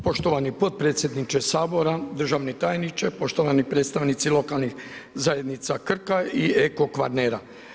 Poštovani potpredsjedniče Sabora, državni tajniče, poštovani predstavnici lokalnih zajednica Krka i Eko-Kvarnera.